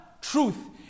truth